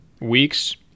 weeks